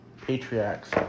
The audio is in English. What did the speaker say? patriarchs